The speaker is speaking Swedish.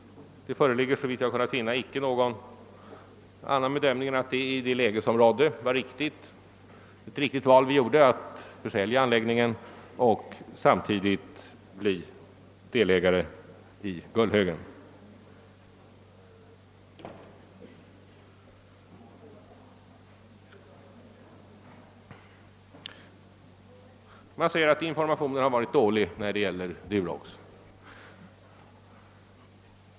Såvitt jag kunnat finna har det inte gjorts någon annan bedömning än att det i rådande läge var ett riktigt val vi träffade, när vi beslöt att försälja anläggningen och samtidigt bli delägare i Gullhögen. Vidare har det sagts att informationen i Duroxaffären har varit bristfällig.